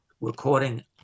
recording